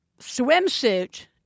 swimsuit